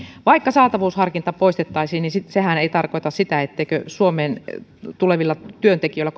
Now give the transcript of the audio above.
vaikka saatavuusharkinta poistettaisiin niin sehän ei tarkoita sitä etteikö suomeen kolmansista maista tulevilla työntekijöillä